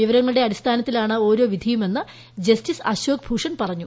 വിവരങ്ങളുടെ അടിസ്ഥാനത്തിലാണു ക്ലൊരോ വിധിയുമെന്നു ജസ്റ്റിസ് അശോക് ഭൂഷൺ പറഞ്ഞു